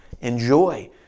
Enjoy